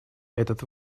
этот